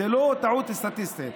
זו לא טעות סטטיסטית.